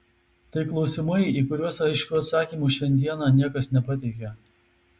tai klausimai į kuriuos aiškių atsakymų šiandieną niekas nepateikia